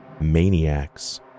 maniacs